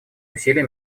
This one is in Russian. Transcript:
усилия